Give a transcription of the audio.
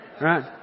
Right